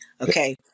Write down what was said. Okay